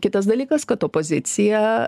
kitas dalykas kad opozicija